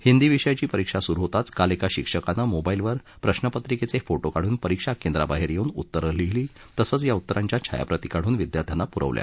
हिंदी विषयाची परीक्षा सुरू होताच काल एका शिक्षकानं मोबाईलवर प्रश्नपत्रिकेचे फोटो काढून परीक्षा केंद्राबाहेर येऊन उत्तरे लिहिली तसंच या उत्तरांच्या छायाप्रती काढून विद्यार्थ्यांना पुरवल्या